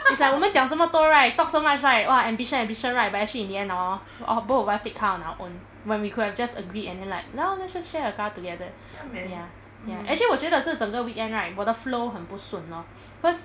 it's like 我们讲这么多 right talk so much right !wah! ambition ambition right but actually in the end hor all both of us take car on our own when we could have just agreed and then like no let's just share a car together ya ya actually 我觉得这整个 weekend right 我的 flow 很不顺 lor cause